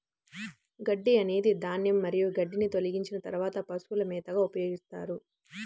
గడ్డి అనేది ధాన్యం మరియు గడ్డిని తొలగించిన తర్వాత పశువుల మేతగా ఉపయోగిస్తారు